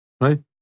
Right